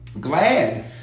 glad